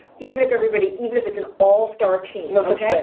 even if everybody, even if it's an all-star team. no such thing.